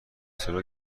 تروت